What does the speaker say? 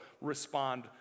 respond